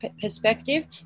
perspective